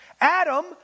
Adam